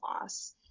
loss